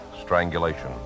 strangulation